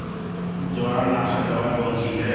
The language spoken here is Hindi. जवारनाशक दवा कौन सी है?